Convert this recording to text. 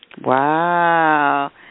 Wow